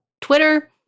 Twitter